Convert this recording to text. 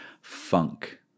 Funk